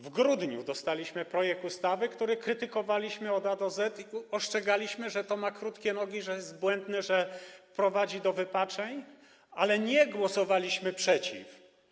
W grudniu otrzymaliśmy projekt ustawy, który krytykowaliśmy od A do Z i ostrzegaliśmy, że to ma krótkie nogi, że jest błędne, że prowadzi do wypaczeń, ale nie głosowaliśmy przeciw.